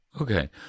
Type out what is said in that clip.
Okay